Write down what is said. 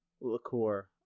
liqueur